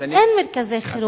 אבל אין מרכזי חירום.